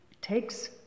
takes